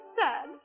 sad